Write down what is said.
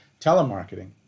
telemarketing